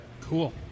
Cool